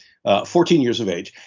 fourteen years of age.